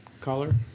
color